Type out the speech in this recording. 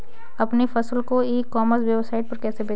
अपनी फसल को ई कॉमर्स वेबसाइट पर कैसे बेचें?